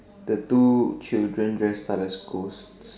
the two children dressed up at schools